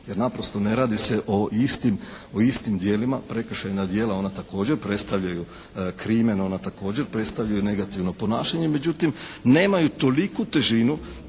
Jer naprosto ne radi se o istim djelima. Prekršajna djela, ona također predstavljaju krimen. Ona također predstavljaju negativno ponašanje međutim nemaju toliku težinu